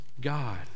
God